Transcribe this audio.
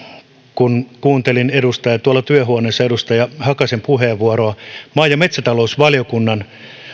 kun kuuntelin tuolla työhuoneessa edustaja hakasen puheenvuoroa maa ja metsätalousvaliokunnan